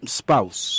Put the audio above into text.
spouse